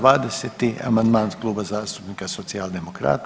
20. amandman Kluba zastupnika Socijaldemokrata.